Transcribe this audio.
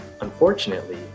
Unfortunately